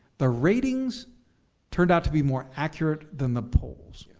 the ratings turned out to be more accurate than the polls.